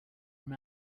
him